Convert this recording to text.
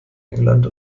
england